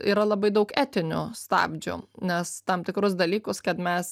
yra labai daug etinių stabdžių nes tam tikrus dalykus kad mes